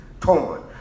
torn